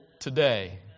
today